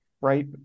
right